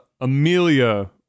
Amelia